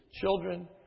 children